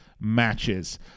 matches